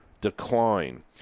decline